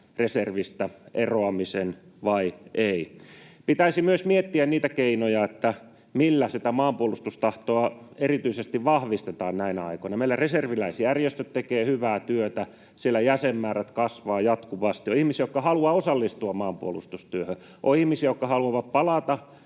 reservistä eroamisen vai ei. Pitäisi myös miettiä niitä keinoja, millä sitä maanpuolustustahtoa erityisesti vahvistetaan näinä aikoina. Meillä reserviläisjärjestöt tekevät hyvää työtä, siellä jäsenmäärät kasvavat jatkuvasti. On ihmisiä, jotka haluavat osallistua maanpuolustustyöhön. On ihmisiä, jotka haluavat palata